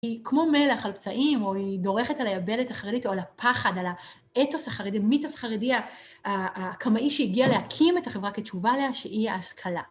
‫היא כמו מלח על פצעים ‫או היא דורכת על היבלת החרדית ‫או על הפחד, על האתוס החרדי, ‫מיתוס חרדי, ‫הקמאי שהגיע להקים את החברה ‫כתשובה לה שהיא ההשכלה.